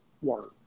word